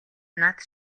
над